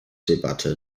debatte